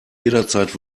jederzeit